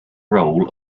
role